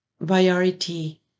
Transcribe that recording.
variety